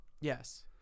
Yes